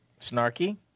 snarky